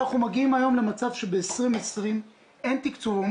אנחנו מגיעים עכשיו למצב שב-2020 אין תקצוב.